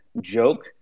joke